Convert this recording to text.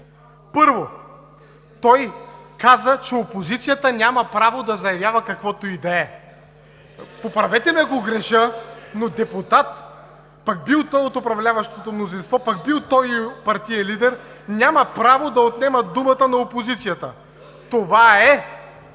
Първо, той каза, че опозицията няма право да заявява каквото й да е. (Възгласи от ОП.) Поправете ме, ако греша, но депутат, пък бил той от управляващото мнозинство, пък бил той партиен лидер, няма право да отнема думата на опозицията! ЮЛИАН